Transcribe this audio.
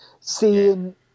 seeing